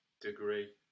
degree